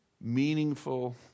meaningful